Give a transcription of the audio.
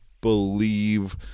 believe